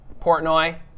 Portnoy